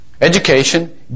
Education